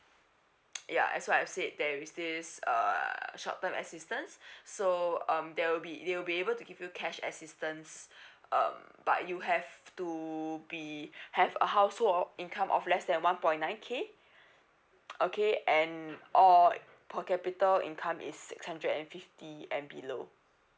ya as what I'm said there is this uh short term assistants so um they will be they will be able to give you cash assistants um but you have to be have a household of income of less than one point nine K okay and or per capita income is six hundred and fifty and below